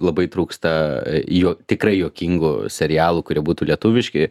labai trūksta juo tikrai juokingų serialų kurie būtų lietuviški